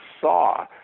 saw